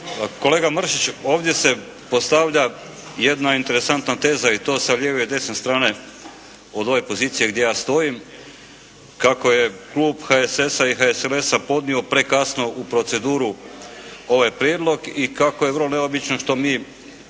Kolega Mršić ovdje se postavlja jedna interesantna teza i to sa lijeve i desne strane od ove pozicije gdje ja stojim. Kako je klub HSS-a i HSLS-a podnio prekasno u proceduru ovaj prijedlog i kako je vrlo neobično što mi